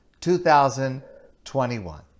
2021